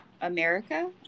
America